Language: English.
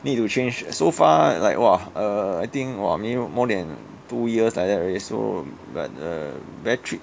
need to change so far like !wah! err I think !wah! 没有 more than two years like that already so but uh battery